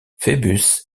phœbus